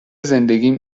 زندگیم